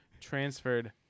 Transferred